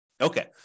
Okay